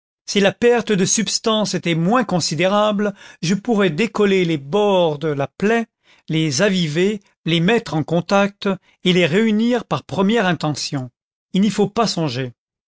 si la perte de substance était moins considérable je pourrais décoller les bords de la plaib les aviver les mettre en contact et les réunir par première intention il n'y faut pas songer